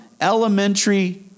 Elementary